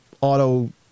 auto